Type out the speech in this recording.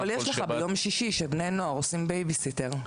יש בני נוער שעושים בייביסיטר ביום שישי.